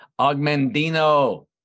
Augmentino